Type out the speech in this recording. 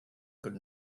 could